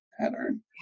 pattern